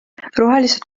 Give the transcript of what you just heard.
rohelised